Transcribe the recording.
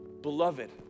beloved